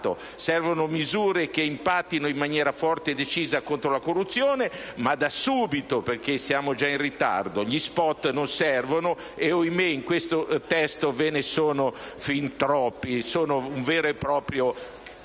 Servono misure che impattano in maniera forte e decisa contro la corruzione, ma da subito perché siamo già in ritardo. Gli *spot* non servono e, ahimè, in questo testo ve ne sono fin troppi, tanto da costituire